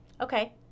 Okay